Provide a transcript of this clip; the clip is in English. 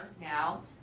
now